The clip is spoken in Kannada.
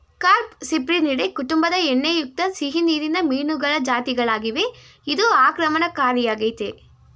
ಕಾರ್ಪ್ ಸಿಪ್ರಿನಿಡೆ ಕುಟುಂಬದ ಎಣ್ಣೆಯುಕ್ತ ಸಿಹಿನೀರಿನ ಮೀನುಗಳ ಜಾತಿಗಳಾಗಿವೆ ಇದು ಆಕ್ರಮಣಕಾರಿಯಾಗಯ್ತೆ